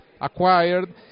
acquired